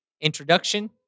introduction